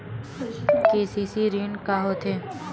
KCC ऋण का होथे?